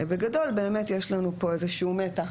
בגדול, באמת יש לנו פה איזה שהוא מתח